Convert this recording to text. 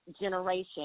generation